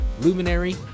Luminary